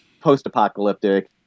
post-apocalyptic